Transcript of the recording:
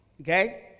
okay